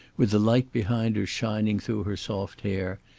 with the light behind her shining through her soft hair,